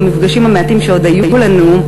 במפגשים המעטים שכבר היו לנו.